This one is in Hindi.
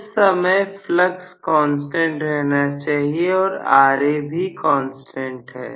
उस समय फ्लक्स कांस्टेंट रहना चाहिए और Ra भी कांस्टेंट है